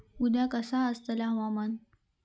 उद्या कसा आसतला हवामान?